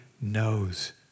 knows